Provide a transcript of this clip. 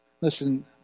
Listen